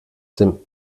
dem